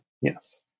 Yes